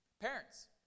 Parents